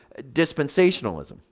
dispensationalism